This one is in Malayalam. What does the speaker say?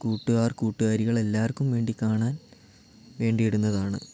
കൂട്ടുകാർ കൂട്ടുകാരികൾ എല്ലാവർക്കും വേണ്ടി കാണാൻ